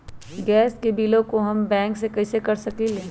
Gas के बिलों हम बैंक से कैसे कर सकली?